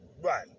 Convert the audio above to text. Right